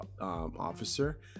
officer